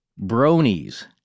bronies